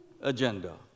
agenda